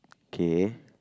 K